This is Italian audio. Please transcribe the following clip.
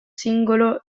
singolo